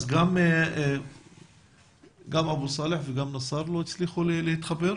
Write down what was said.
גם אבו סאלח וגם נסר לא הצליחו להתחבר.